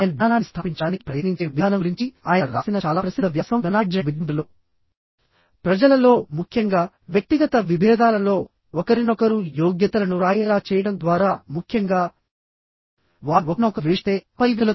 ఆయన జ్ఞానాన్ని స్థాపించడానికి ప్రయత్నించే విధానం గురించి ఆయన రాసిన చాలా ప్రసిద్ధ వ్యాసం నాలెడ్జ్ అండ్ విజ్డమ్ ప్రజలలో ముఖ్యంగా వ్యక్తిగత విభేదాలలో ఒకరినొకరు యోగ్యతలను వ్రాయేలా చేయడం ద్వారా ముఖ్యంగావారు ఒకరినొకరు ద్వేషిస్తే ఆపై వ్యక్తులతో నోట్లను మార్పిడి చేసుకోవడానికి ప్రయత్నిస్తే అది ప్రతికూలంగా ఉంటుంది